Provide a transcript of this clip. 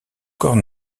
corps